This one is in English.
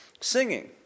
Singing